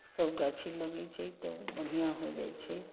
सभ गाछी लगै छै तऽ बढ़िआँ हो जाइ छै